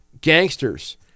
gangsters